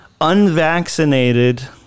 unvaccinated